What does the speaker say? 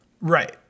Right